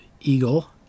eagle